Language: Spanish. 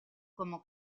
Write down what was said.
como